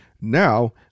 Now